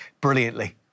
brilliantly